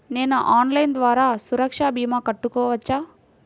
నేను ఆన్లైన్ ద్వారా సురక్ష భీమా కట్టుకోవచ్చా?